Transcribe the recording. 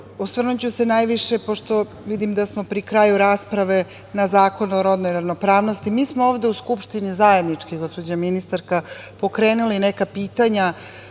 kažemo. Osvrnuću se najviše, pošto vidim da smo pri kraju rasprave, na Zakon o rodnoj ravnopravnosti. Mi smo ovde u Skupštini zajednički, gospođo ministarka, pokrenuli neka pitanja